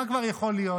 מה כבר יכול להיות?